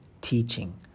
teaching